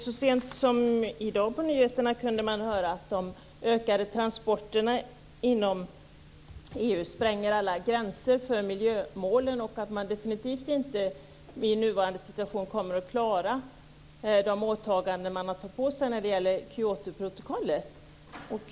Så sent som i dag kunde man på nyheterna höra att de ökade transporterna inom EU spränger alla gränser för miljömålen och att man definitivt inte i nuvarande situation kommer att klara de åtaganden man tagit på sig när det gäller Kyotoprotokollet.